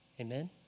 Amen